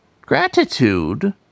gratitude